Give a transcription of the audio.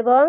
এবং